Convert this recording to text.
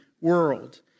world